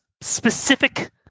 specific